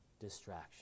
distraction